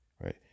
right